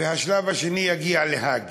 והשלב השני יגיע להאג